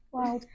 Wow